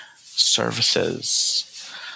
services